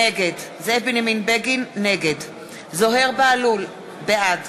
נגד זוהיר בהלול, בעד